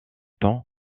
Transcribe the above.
temps